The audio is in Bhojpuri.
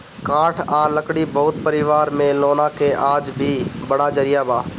काठ आ लकड़ी बहुत परिवार में लौना के आज भी बड़ा जरिया बा